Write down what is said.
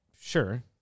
Sure